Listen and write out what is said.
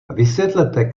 vysvětlete